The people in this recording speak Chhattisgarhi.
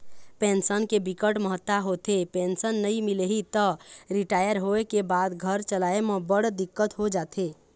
पेंसन के बिकट महत्ता होथे, पेंसन नइ मिलही त रिटायर होए के बाद घर चलाए म बड़ दिक्कत हो जाथे